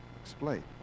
Explain